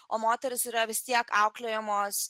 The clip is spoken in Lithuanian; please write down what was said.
o moteris yra vis tiek auklėjamos